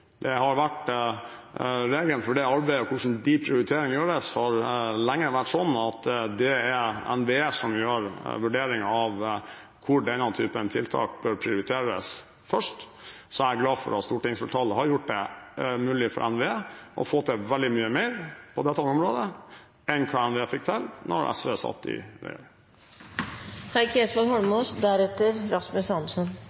Regelen for arbeidet med hvordan prioriteringene gjøres, har lenge vært slik at NVE gjør vurderingen av hvor denne typen tiltak bør prioriteres først. Jeg er glad for at stortingsflertallet har gjort det mulig for NVE å få til veldig mye mer på dette området enn hva man fikk til da SV satt i